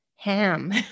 Ham